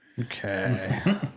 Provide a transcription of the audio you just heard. Okay